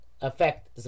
affect